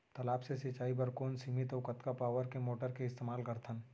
तालाब से सिंचाई बर कोन सीमित अऊ कतका पावर के मोटर के इस्तेमाल करथन?